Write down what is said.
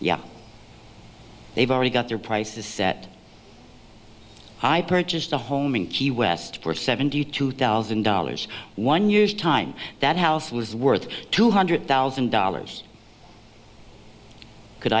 yeah they've already got their prices set high purchased a home in key west for seventy two thousand dollars one years time that house was worth two hundred thousand dollars could